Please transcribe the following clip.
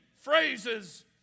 phrases